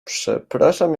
przepraszam